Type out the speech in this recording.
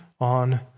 on